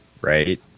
right